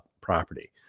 property